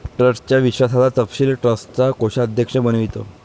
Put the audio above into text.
ट्रस्टच्या विश्वासाचा तपशील ट्रस्टचा कोषाध्यक्ष बनवितो